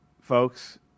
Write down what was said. folks